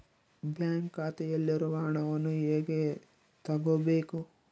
Bank ಖಾತೆಯಲ್ಲಿರುವ ಹಣವನ್ನು ಹೇಗೆ ತಗೋಬೇಕು?